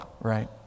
right